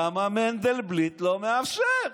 למה מנדלבליט לא מאפשר?